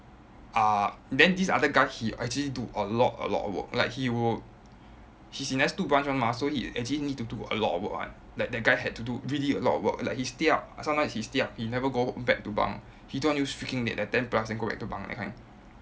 uh then this other guy he actually do a lot a lot of work like he will he's in S two branch [one] mah so he actually need to do a lot of work [one] like that guy had to do really a lot of work like he stay up like sometimes he stay up he never go back to bunk he do until freaking late like ten plus then go back to bunk that kind